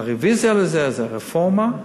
הרוויזיה של זה, רפורמה.